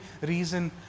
reason